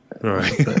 Right